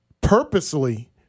purposely